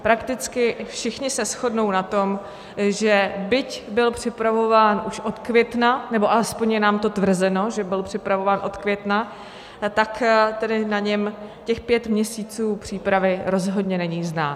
Prakticky všichni se shodnou na tom, že byť byl připravován už od května, nebo alespoň je nám to tvrzeno, že byl připravován od května, tak tedy na něm těch pět měsíců přípravy rozhodně není znát.